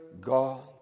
God